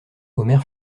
omer